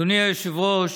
אדוני היושב-ראש,